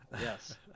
Yes